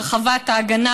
הרחבת ההגנה,